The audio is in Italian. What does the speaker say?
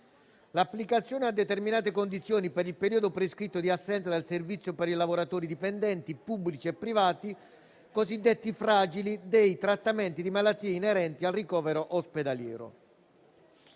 l'applicazione - a determinate condizioni - per il periodo prescritto di assenza dal servizio per i lavoratori dipendenti, pubblici e privati, cosiddetti fragili dei trattamenti di malattia inerenti al ricovero ospedaliero.